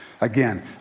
Again